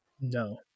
no